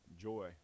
joy